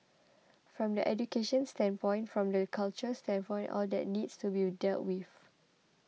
from the education standpoint from the culture standpoint all that needs to be will dealt with